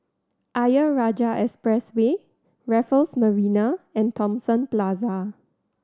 Ayer Rajah Expressway Raffles Marina and Thomson Plaza